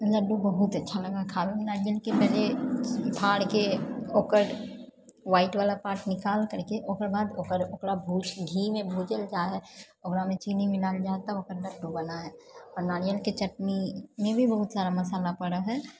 लड्डू बहुत अच्छा लगऽ हय खाबैमे नारियलके पहिले फाड़के ओकर व्हाइट वला पार्ट निकाल करके ओकरबाद ओकर ओकरा घीमे भूजल जा है ओकरामे चीनी मिलाएल जा है तब ओकर लड्डू बनऽ है आ नारियलके चटनीमे भी बहुत सारा मशाला पड़ै है